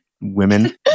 women